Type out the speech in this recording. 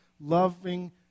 loving